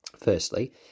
Firstly